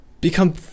become